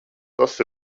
tas